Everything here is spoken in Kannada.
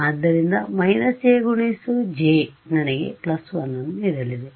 ಆದ್ದರಿಂದ − j × j ನನಗೆ 1 ನೀಡಲಿದೆ